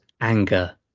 anger